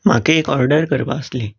म्हाका एक ऑर्डर करपा आसली